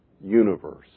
universe